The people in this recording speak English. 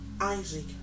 Isaac